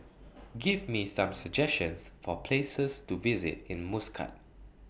Give Me Some suggestions For Places to visit in Muscat